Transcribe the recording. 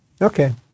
Okay